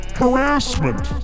harassment